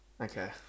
Okay